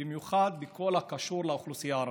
ובמיוחד בכל הקשור לאוכלוסייה הערבית.